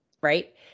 right